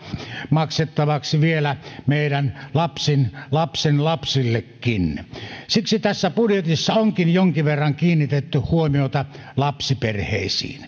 maksettavaksi vielä meidän lapsenlapsenlapsillekin siksi tässä budjetissa onkin jonkin verran kiinnitetty huomiota lapsiperheisiin